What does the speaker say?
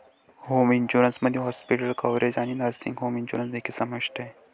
home insurance मध्ये hospital coverage आणि nursing home insurance देखील समाविष्ट आहे